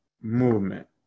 movement